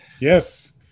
Yes